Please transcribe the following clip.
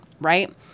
right